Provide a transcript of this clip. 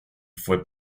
fue